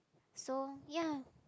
so ya